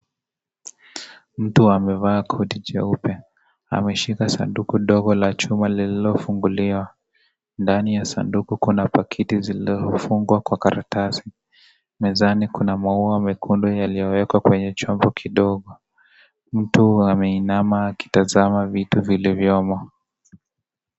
Mtunmevaa koti cheupe. Ameshika sandukudogo lamchum lililofunguliwa. Ndani ya sanduku kuna pakiti zilizofungwa kw karatasi, mezani kuna mekundu yaliyowekwa kwenye chupa kidogo. Mtu ameinana akitazama vitu vilivyomo.